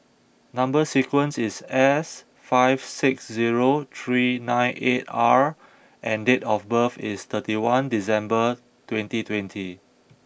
number sequence is S five six zero three nine eight R and date of birth is thirty one December twenty twenty